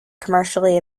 commercially